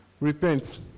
repent